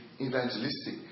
evangelistic